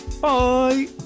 bye